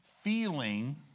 feeling